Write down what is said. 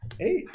Eight